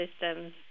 systems